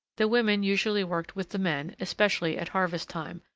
the women usually worked with the men, especially at harvest time,